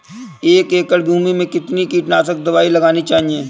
एक एकड़ भूमि में कितनी कीटनाशक दबाई लगानी चाहिए?